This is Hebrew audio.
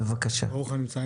ברוך הנמצא.